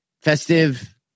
festive